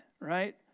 right